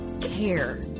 care